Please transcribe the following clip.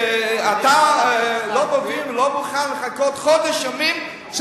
שאתה לא מוכן לחכות חודש ימים,